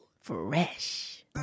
Fresh